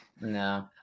no